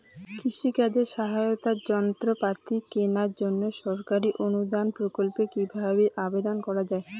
কৃষি কাজে সহায়তার যন্ত্রপাতি কেনার জন্য সরকারি অনুদান প্রকল্পে কীভাবে আবেদন করা য়ায়?